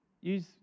Use